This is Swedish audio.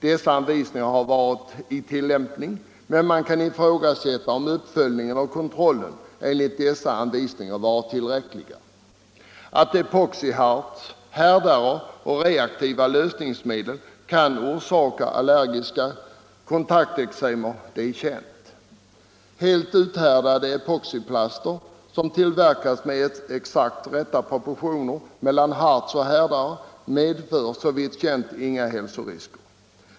Dessa anvisningar har varit i tillämpning, men man kan ifrågasätta om uppföljningen och kontrollen enligt dessa anvisningar varit tillräckliga. Att epoxiharts, härdare och reaktiva lösningsmedel kan orsaka allergiska kontakteksem är känt. Helt uthärdade epoxiplaster som tillverkas med exakt rätta proportioner mellan harts och härdare medför såvitt känt är inga hälsorisker.